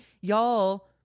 y'all